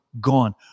gone